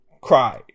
cry